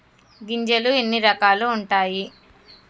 గింజలు ఎన్ని రకాలు ఉంటాయి?